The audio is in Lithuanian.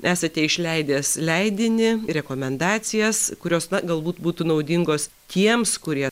esate išleidęs leidinį rekomendacijas kurios galbūt būtų naudingos tiems kurie